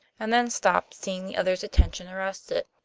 and then stopped, seeing the other's attention arrested.